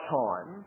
time